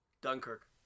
Dunkirk